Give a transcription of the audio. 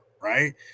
right